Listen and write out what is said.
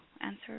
answer